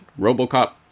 RoboCop